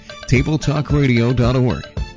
Tabletalkradio.org